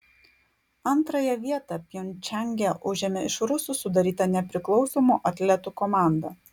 antrąją vietą pjongčange užėmė iš rusų sudaryta nepriklausomų atletų komanda